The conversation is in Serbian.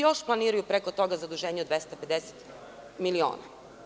Još planiraju preko toga zaduženje od 250 miliona.